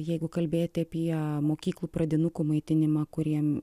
jeigu kalbėti apie mokyklų pradinukų maitinimą kuriem